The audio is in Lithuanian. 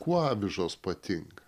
kuo avižos patinka